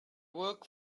work